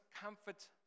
comfort